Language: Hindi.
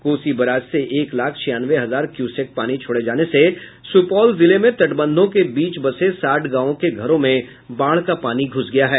कोसी बराज से एक लाख छियानवे हजार क्यूसेक पानी छोड़े जाने से सुपौल जिले में तटबंधों के बीच बसे साठ गांवों के घरों में बाढ़ का पानी घूस गया है